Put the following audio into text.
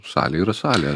salė yra salė